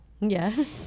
Yes